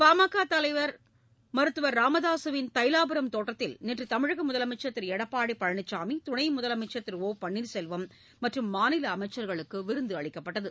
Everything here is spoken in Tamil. பாமக தலைவர் மருத்துவர் ராமதாகவின் தைலாபுரம் தோட்டத்தில் நேற்று தமிழக முதலமைச்சர் திரு எடப்பாடி பழனிசாமி துணை முதலமைச்சர் திரு ஒ பள்ளீர்செல்வம் மற்றும் மாநில அமைச்சர்களுக்கு விருந்து அளிக்கப்பட்டது